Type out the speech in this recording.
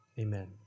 amen